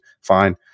fine